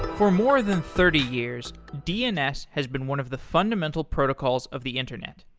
for more than thirty years, dns has been one of the fundamental protocols of the internet.